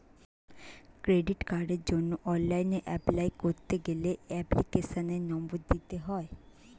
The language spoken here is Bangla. ক্রেডিট কার্ডের জন্য অনলাইন এপলাই করতে গেলে এপ্লিকেশনের নম্বর দিতে হয়